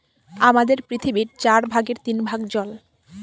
আমাদের পৃথিবীর চার ভাগের তিন ভাগ জল